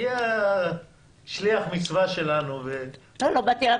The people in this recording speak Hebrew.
תהיה שליח מצווה שלנו -- לא באתי אליו